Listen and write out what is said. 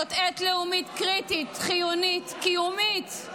זו עת לאומית קריטית, חיונית, קיומית.